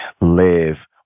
live